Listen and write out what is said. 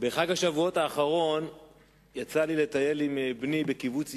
בחג השבועות האחרון יצא לי לטייל עם בני בקיבוץ יפעת,